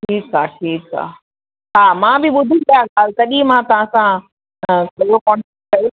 ठीकु आहे ठीकु आहे हा मां बि ॿुधी ॻाल्हि तॾहिं मां तव्हां सां हा त उहो कोन्टेक्ट कयो